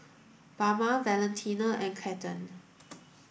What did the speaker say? Bama Valentina and Cathern